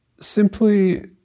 simply